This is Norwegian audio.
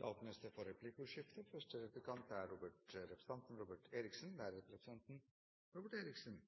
Det blir replikkordskifte. Jeg har selv opplevd gleden av å bli far, og det er